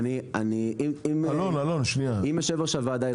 אם יושב-ראש הוועדה ירצה,